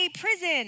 prison